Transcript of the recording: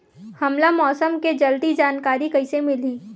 हमला मौसम के जल्दी जानकारी कइसे मिलही?